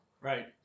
Right